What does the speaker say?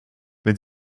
wenn